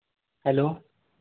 hello